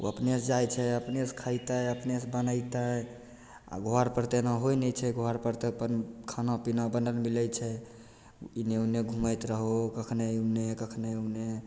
ओ अपनेसँ जाइ छै अपनेसँ खइतय अपनेसँ बनेतय आओर घरपर तऽ एना होइ नहि छै घरपर तऽ अपन खाना पीना बनल मिलय छै इने उने घुमैत रहूँ कखने एने कखने उने